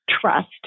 trust